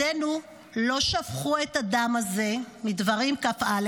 "ידינו לא שפכו את הדם הזה" דברים כ"א.